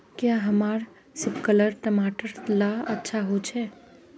क्याँ हमार सिपकलर टमाटर ला अच्छा होछै?